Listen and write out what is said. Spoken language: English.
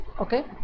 okay